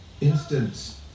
instance